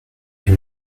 est